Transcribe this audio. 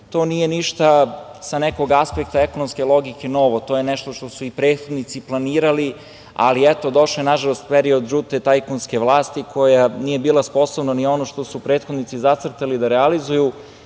To nije ništa sa nekog aspekta ekonomske logike novo, to je nešto što su i predsednici planirali, ali, eto, došao je, nažalost, period žute tajkunske vlasti, koja nije bila sposobna ni ono što su prethodnici zacrtali, da realizuju,